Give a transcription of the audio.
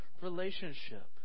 relationship